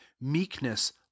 meekness